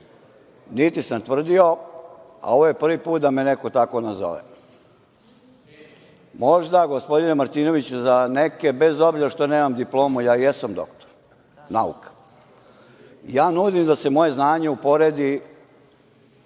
niti sam tvrdio, a ovo je prvi put da me neko tako nazove. Možda, gospodine Martinoviću, za neke bez obzira što nemam diplomu, ja jesam doktor nauka. Ja nudim da se moje znanje uporedi